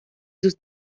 sus